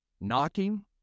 knocking